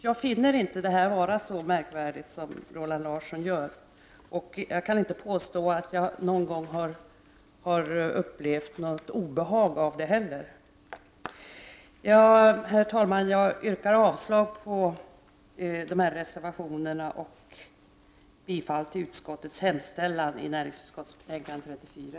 Jag finner inte detta så märkvärdigt som Roland Larsson gör, och jag kan inte heller påstå att jag någon gång har upplevt något obehag av det. Herr talman! Jag yrkar avslag på reservationerna och bifall till hemställan i näringsutskottets betänkande nr 34.